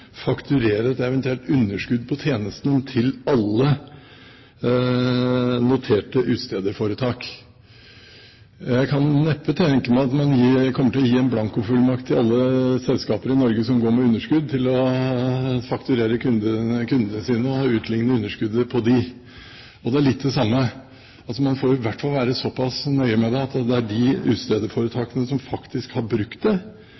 fakturere et eventuelt underskudd på tjenesten til alle noterte utstederforetak. Jeg kan neppe tenke meg at man kommer til å gi blankofullmakt til alle selskaper i Norge som går med underskudd, til å fakturere kundene og utligne underskuddet på dem. Det er litt av det samme. Man får i hvert fall være såpass nøye med det at det er de utstederforetakene som faktisk har brukt dette, som skal faktureres. Men hele prinsippet er galt, for her er det